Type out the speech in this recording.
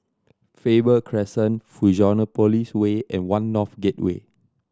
Faber Crescent Fusionopolis Way and One North Gateway